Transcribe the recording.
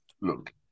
Look